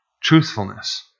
truthfulness